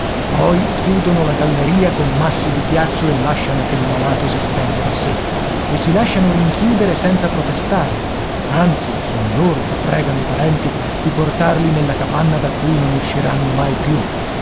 poi chiudono la galleria con massi di ghiaccio e lasciano che il malato si spenga da sé e si lasciano rinchiudere senza protestare anzi sono loro che pregano i parenti di portarli nella capanna da cui non usciranno mai più